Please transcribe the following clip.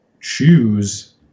choose